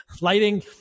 lighting